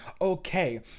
okay